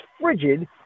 frigid